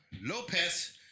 lopez